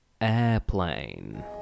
Airplane